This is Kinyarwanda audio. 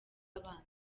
abanza